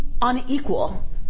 unequal